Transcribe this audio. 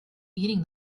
eating